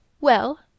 Well